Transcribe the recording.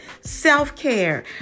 self-care